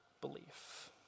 belief